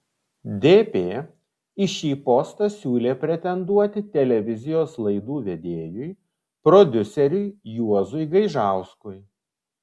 dp į šį postą siūlė pretenduoti televizijos laidų vedėjui prodiuseriui juozui gaižauskui